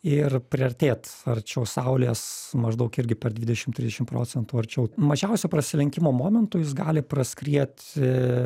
ir priartėt arčiau saulės maždaug irgi per dvidešim trisdešim procentų arčiau mažiausio prasilenkimo momentu jis gali praskriet i